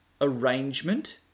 arrangement